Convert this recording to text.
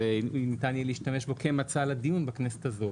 ניתן יהיה להשתמש בו כמצע לדיון בכנסת הזאת.